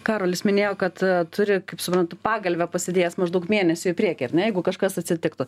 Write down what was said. karolis minėjo kad turi kaip suprantu pagalvę pasidėjęs maždaug mėnesiui į priekį ar ne jeigu kažkas atsitiktų